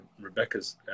rebecca's